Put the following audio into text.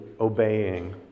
obeying